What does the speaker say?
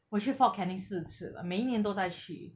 我去 fort canning 四次了每一年都在去